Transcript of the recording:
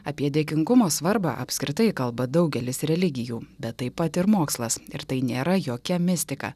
apie dėkingumo svarbą apskritai kalba daugelis religijų bet taip pat ir mokslas ir tai nėra jokia mistika